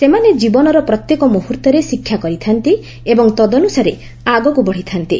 ସେମାନେ ଜୀବନର ପ୍ରତ୍ୟେକ ମୁହୂର୍ତ୍ତରେ ଶିକ୍ଷା କରିଥା'ନ୍ତି ଏବଂ ତଦନ୍ଦସାରେ ଆଗକୁ ବଢ଼ିଥା'ନ୍ତି